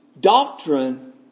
doctrine